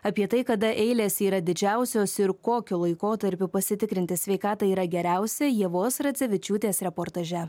apie tai kada eilės yra didžiausios ir kokiu laikotarpiu pasitikrinti sveikatą yra geriausia ievos racevičiūtės reportaže